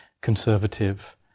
conservative